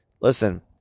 Listen